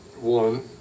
one